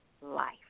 life